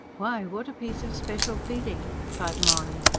why, what a piece of special pleading! cried mahony,